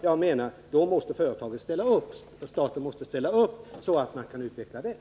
Jag menar att då måste företaget och staten ställa upp, så att man kan utveckla detta.